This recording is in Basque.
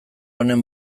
honen